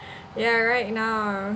ya right now